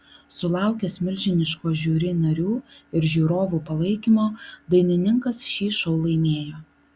sulaukęs milžiniško žiuri narių ir žiūrovų palaikymo dainininkas šį šou laimėjo